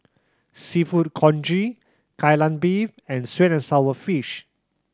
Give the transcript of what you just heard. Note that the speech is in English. Seafood Congee Kai Lan Beef and sweet and sour fish